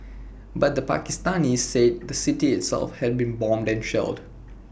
but the Pakistanis said the city itself had been bombed and shelled